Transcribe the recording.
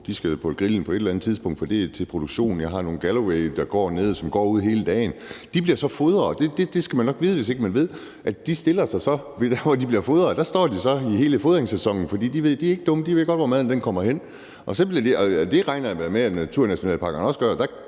de skal da på grillen på et eller andet tidspunkt, for det er til produktion, og jeg har nogle Galloway, der går dernede, og som går ude hele dagen. De bliver så fodret, og der skal man nok vide, hvis ikke man ved det, at de stiller sig derhen, hvor de bliver fodret, og der står de så i hele fodringssæsonen. For de er ikke dumme, de ved godt, hvor maden kommer hen, og det regner jeg da også med at de gør i naturnationalparkernerne, og